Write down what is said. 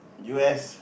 U S